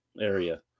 area